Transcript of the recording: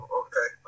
okay